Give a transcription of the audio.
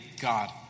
God